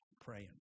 praying